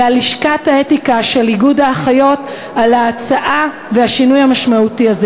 וללשכת האתיקה של איגוד האחיות על ההצעה והשינוי המשמעותי הזה.